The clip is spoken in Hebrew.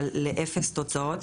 אבל לאפס תוצאות.